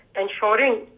ensuring